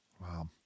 Wow